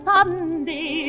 Sunday